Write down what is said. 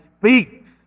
speaks